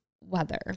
weather